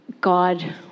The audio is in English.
God